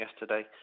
yesterday